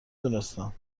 دونستم